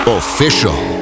official